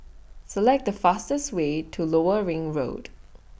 Select The fastest Way to Lower Ring Road